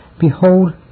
behold